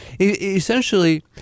essentially